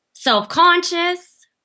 Self-conscious